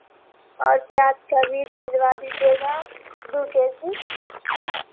और प्याज़ का बीज भिजवा दीजिएगा दो के जी